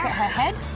her head.